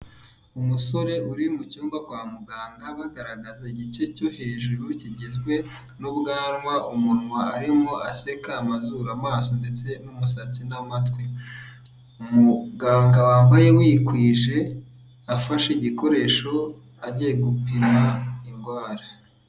Umusore uri mu cyumba kwa muganga bagaragaza igice cyo hejuru kigizwe n'ubwanwa, umunwa arimo aseka, amazuru, amaso, ndetse n'umusatsi, n'amatwi. Umuganga wambaye wikwije afashe igikoresho agiye gupima indwara.